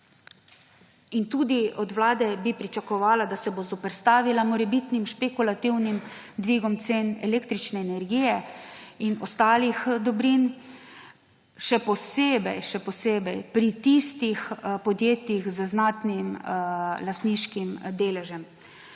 dobro. Od Vlade bi tudi pričakovala, da se bo zoperstavila morebitnim špekulativnim dvigom cen električne energije in ostalih dobrin, še posebej, še posebej pri tistih podjetjih z znatnim lastniškim deležem.